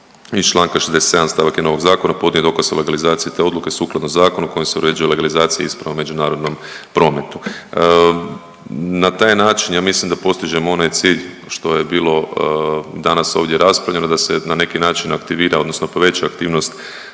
Članka 67. stavak 1. ovog zakona podnio dokaz legalizaciji te odluke sukladno zakonu kojim se uređuje legalizacija isprava u međunarodnom prometu. Na taj način ja mislim da postižemo onaj cilj što je bilo danas ovdje raspravljeno da se na neki način aktivira odnosno poveća aktivnost